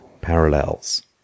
Parallels